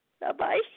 Bye-bye